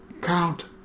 count